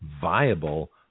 viable